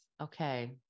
Okay